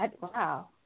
Wow